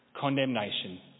condemnation